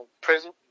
prison